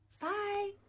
Bye